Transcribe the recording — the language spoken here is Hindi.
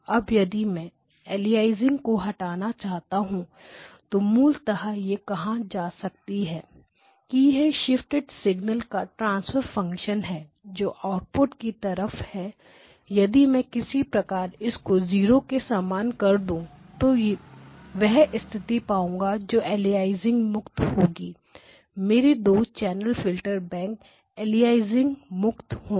अब यदि मैं अलियासिंग को हटाना चाहता हूं तो मूलतः यह कहा जा सकता है कि यह शिफ्टेड सिग्नल का ट्रांसफर फंक्शन है जो आउटपुट की तरफ है यदि मैं किसी प्रकार इसको 0 के समान कर कर दू तो वह स्थिति पाऊंगा जो अलियासिंग मुक्त होगी मेरे दो 2 चैनल फिल्टर बैंक अलियासिंग मुक्त होंगे